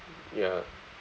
ya